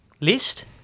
list